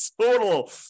total